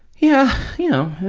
yeah, you know,